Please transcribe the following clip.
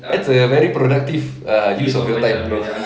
that's a very productive err your time bro